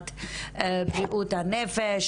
רפורמת בריאות הנפש,